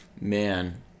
man